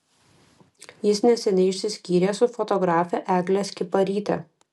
jis neseniai išsiskyrė su fotografe egle skiparyte